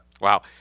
Wow